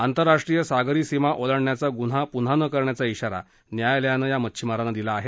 आंतरराष्ट्रीय सागरी सीमा ओलांडण्याचा गुन्हा पुन्हा न करण्याचा इशारा न्यायालयानं या मच्छीमांराना दिला आहे